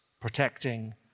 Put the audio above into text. protecting